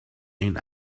این